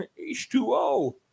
H2O